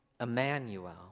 Emmanuel